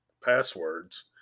passwords